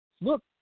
Look